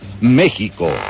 México